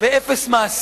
ואפס מעשים.